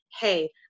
hey